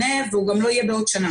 לא נוכל לעמוד בעומס כזה.